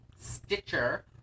Stitcher